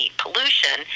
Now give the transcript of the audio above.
pollution